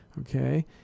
okay